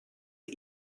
sie